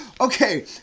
Okay